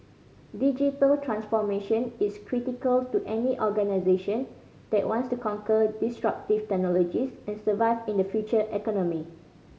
digital transformation is critical to any organisation that wants to conquer disruptive technologies and survive in the future economy